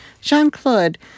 Jean-Claude